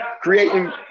creating